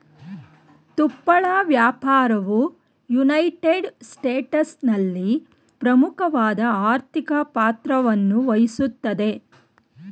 ತುಪ್ಪಳ ವ್ಯಾಪಾರವು ಯುನೈಟೆಡ್ ಸ್ಟೇಟ್ಸ್ನಲ್ಲಿ ಪ್ರಮುಖವಾದ ಆರ್ಥಿಕ ಪಾತ್ರವನ್ನುವಹಿಸ್ತದೆ